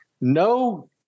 no